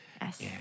Yes